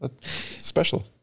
Special